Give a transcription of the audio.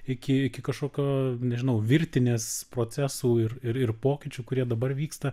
iki iki kažkokio nežinau virtinės procesų ir ir ir pokyčių kurie dabar vyksta